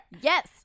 Yes